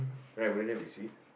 right wouldn't that be sweet